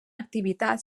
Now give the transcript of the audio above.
activitat